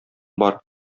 бар